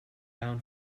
down